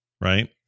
right